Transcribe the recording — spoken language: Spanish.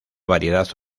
variedad